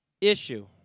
Issue